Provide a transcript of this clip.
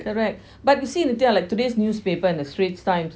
correct but you see lah like today's newspapers the straits times